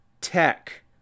tech